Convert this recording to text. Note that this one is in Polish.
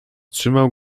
trzymał